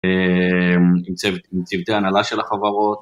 עם צוותי ההנהלה של החברות